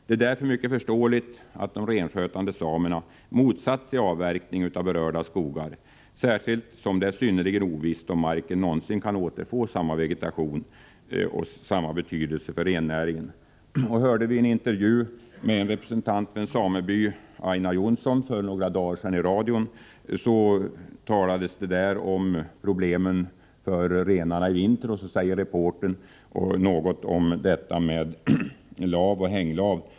Det är därför mycket förståeligt att de renskötande samerna har motsatt sig avverkning av berörda skogar, särskilt som det är synnerligen ovisst om marken någonsin kan återfå samma vegetation och samma betydelse för rennäringen. I en intervju i radion för några dagar sedan med en representant för en sameby, Aina Jonsson, talades det om problemen för renarna i vinter, och då sade reportern något om lav och hänglav.